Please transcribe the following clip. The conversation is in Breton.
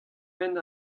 benn